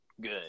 good